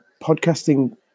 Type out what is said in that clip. podcasting